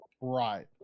Right